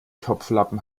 topflappen